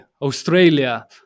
Australia